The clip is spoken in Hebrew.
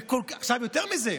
ויותר מזה,